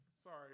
Sorry